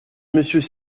monsieur